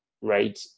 right